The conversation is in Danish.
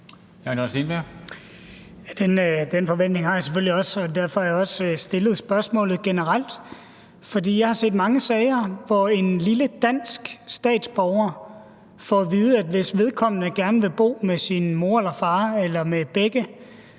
Den forventning har jeg selvfølgelig også, og derfor har jeg også stillet spørgsmålet generelt. For jeg har set mange sager, hvor en lille, dansk statsborger får at vide, at hvis vedkommende gerne vil bo med sin mor eller far eller med begge